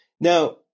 Now